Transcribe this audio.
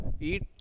Eat